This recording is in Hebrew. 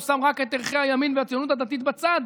הוא שם רק את ערכי הימין והציונות הדתית בצד,